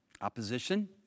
opposition